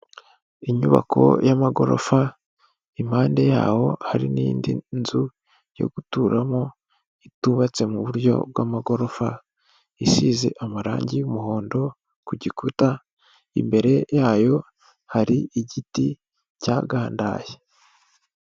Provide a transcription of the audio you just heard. Inyubako y'amagorofa, impande yaho hari n'indi nzu yo guturamo itubatse mu buryo bw'amagorofa, isize amarangi y'umuhondo ku gikuta, imbere yayo hari igiti cyagandaye.